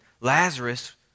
Lazarus